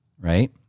right